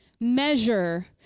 measure